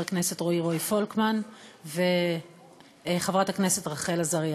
הכנסת רועי פולקמן וחברת הכנסת רחל עזריה.